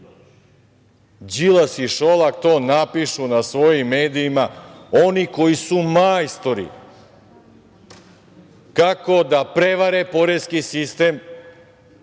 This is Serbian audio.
Đilas i Šolak to napišu na svojim medijima, oni koji su majstori kako da prevare poreski sistem,